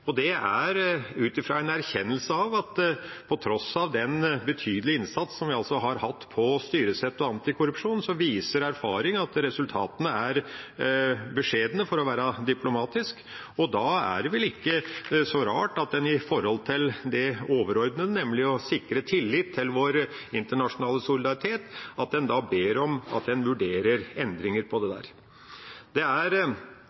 Det er ut fra en erkjennelse av at til tross for den betydelige innsats som vi har hatt på styresett og antikorrupsjon, viser erfaring at resultatene er beskjedne – for å være diplomatisk. Da er det vel ikke så rart at en i forhold til det overordnede, nemlig å sikre tillit til vår internasjonale solidaritet, ber om at en vurderer endringer på det. Det er